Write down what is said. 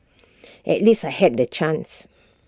at least I had that chance